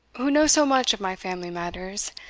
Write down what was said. who know so much of my family matters,